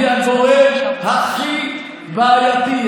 הרשות הפלסטינית היא הגורם הכי בעייתי,